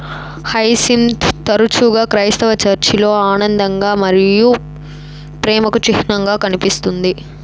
hyacinth తరచుగా క్రైస్తవ చర్చిలలో ఆనందం మరియు ప్రేమకు చిహ్నంగా కనిపిస్తుంది